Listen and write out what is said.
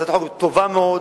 הצעת החוק טובה מאוד.